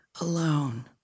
alone